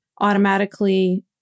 automatically